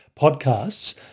podcasts